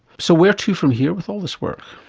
so where to from here with all this work?